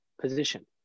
position